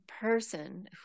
person